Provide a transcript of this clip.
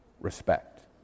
respect